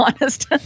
honest